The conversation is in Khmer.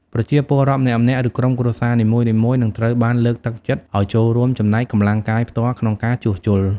ប្រជាពលរដ្ឋម្នាក់ៗ ឬក្រុមគ្រួសារនីមួយៗនឹងត្រូវបានលើកទឹកចិត្តឲ្យចូលរួមចំណែកកម្លាំងកាយផ្ទាល់ក្នុងការជួសជុល។